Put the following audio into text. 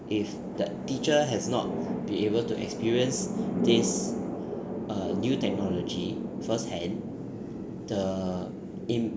if that teacher has not been able to experience this uh new technology first hand the im~